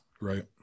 right